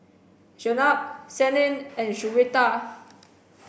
Jenab Senin and Juwita